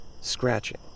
Scratching